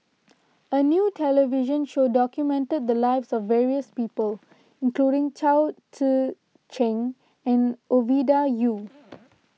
a new television show documented the lives of various people including Chao Tzee Cheng and Ovidia Yu